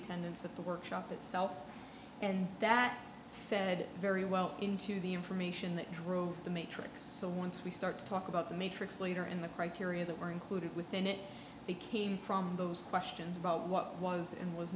attendance at the workshop itself and that fed very well into the information that drove the matrix so once we start to talk about the matrix leader in the criteria that were included within it they came from those questions about what was and was